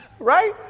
right